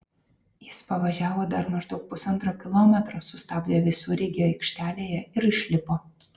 jis pavažiavo dar maždaug pusantro kilometro sustabdė visureigį aikštelėje ir išlipo